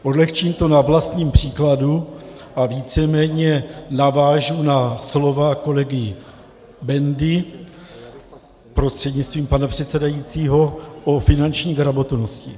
Odlehčím to na vlastním příkladu a víceméně navážu na slova kolegy Bendy prostřednictvím pana předsedajícího o finanční gramotnosti.